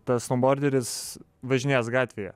tas snouborderis važinės gatvėje